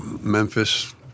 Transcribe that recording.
Memphis